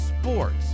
sports